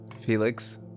Felix